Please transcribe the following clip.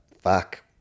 fuck